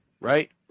Right